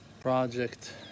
Project